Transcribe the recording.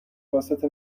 وسط